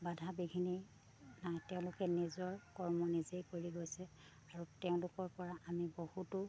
বাধা বিঘিনি নাই তেওঁলোকে নিজৰ কৰ্ম নিজেই কৰি গৈছে আৰু তেওঁলোকৰ পৰা আমি বহুতো